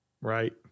Right